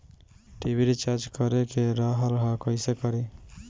TV recharge करे के रहल ह कइसे करी?